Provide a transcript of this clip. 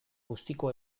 bustiko